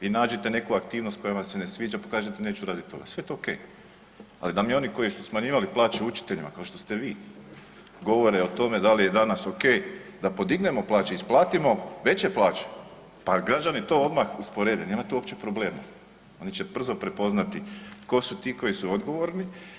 Vi nađite neku aktivnost koja vam se ne sviđa pa kažete neću radite ovo, sve je to ok, ali da mi oni koji su smanjivali plaće učiteljima kao što ste vi govore o tome da li je danas ok da podignemo plaće, isplatimo veće plaće pa građani to odmah usporede nema tu uopće problema, oni će brzo prepoznati tko su ti koji su odgovorni.